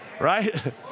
right